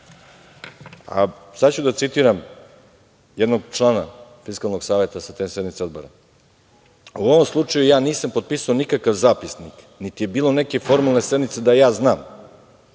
Sada ću da citiram jednog člana Fiskalnog saveta sa te sednice Odbora – u ovom slučaju ja nisam potpisao nikakav zapisnik, niti je bilo neke formalne sednice da ja znam.